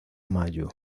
mayo